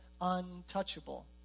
untouchable